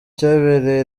cyabereye